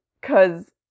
Cause